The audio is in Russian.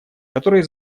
которые